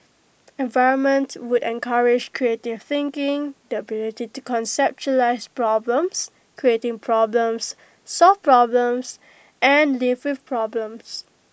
environment would encourage creative thinking the ability to conceptualise problems create problems solve problems and live with problems